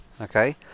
okay